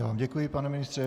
Já vám děkuji, pane ministře.